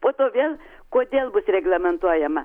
po to vėl kodėl bus reglamentuojama